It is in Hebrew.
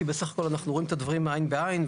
כי בסך הכול אנחנו רואים את הדברים עין בעין.